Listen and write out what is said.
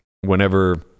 Whenever